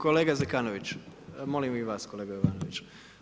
Kolega Zekanović, molim i vas kolega Jovanoviću.